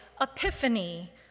epiphany